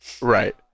Right